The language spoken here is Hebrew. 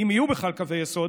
אם יהיו בכלל קווי יסוד,